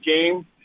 game